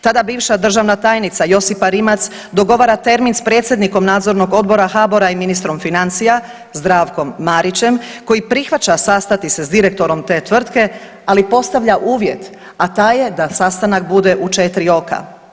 Tada bivša državna tajnica Josipa Rimac dogovara termin s predsjednikom Nadzornog odbora HBOR-a i ministrom financija Zdravkom Marićem koji prihvaća sastati se s direktorom te tvrtke, ali postavlja uvjet, a taj je da sastanak bude u 4 oka.